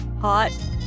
hot